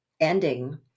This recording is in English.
ending